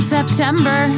September